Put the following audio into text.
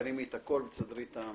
שני י"ח בכסלו 26 בנובמבר.